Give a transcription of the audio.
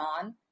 on